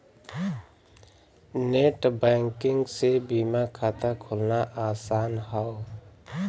net banking से बीमा खाता खोलना आसान हौ